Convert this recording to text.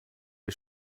les